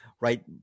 right